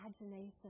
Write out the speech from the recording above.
imagination